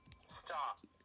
Stop